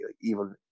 evil